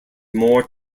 more